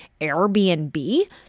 Airbnb